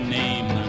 name